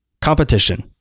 Competition